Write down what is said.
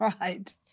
Right